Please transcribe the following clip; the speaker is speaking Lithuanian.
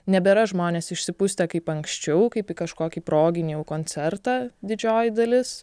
nebėra žmonės išsipustę kaip anksčiau kaip į kažkokį proginį jau koncertą didžioji dalis